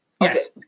Yes